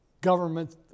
Government